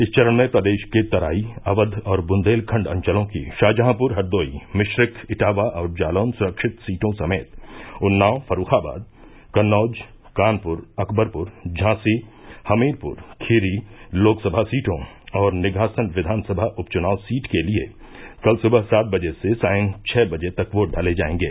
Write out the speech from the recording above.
इस चरण में तराई अवध और बुन्देलखंड अंचलों की शाहजहांप्र हरदोई मिश्रिख इटावा और जालौन सुरक्षित सीटों समेत उन्नाव फर्रूखाबाद कन्नौज कानप्र अकबरप्र झांसी हमीरप्र खीरी लोकसमा सीटों और निघासन विधानसभा उप चुनाव सीट के लिये कल सुबह सात बजे से सायं छः बजे तक वोट डाले जायेंगे